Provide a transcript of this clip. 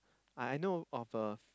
I know of a